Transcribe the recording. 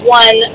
one